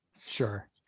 Sure